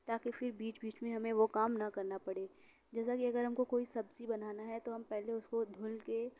تاکہ پھر بیچ بیچ میں ہمیں وہ کام نہ کرنا پڑے جیسا کہ اگر ہم کو کوئی سبزی بنانا ہے تو ہم پہلے اُس کو دھل کے